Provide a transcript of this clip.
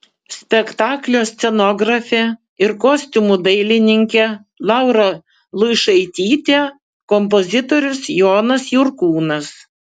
spektaklio scenografė ir kostiumų dailininkė laura luišaitytė kompozitorius jonas jurkūnas